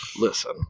Listen